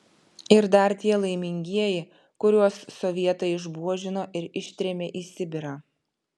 ir dar tie laimingieji kuriuos sovietai išbuožino ir ištrėmė į sibirą